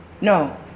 No